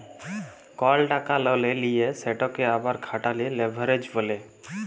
call টাকা ললে লিঁয়ে সেটকে আবার খাটালে লেভারেজ ব্যলে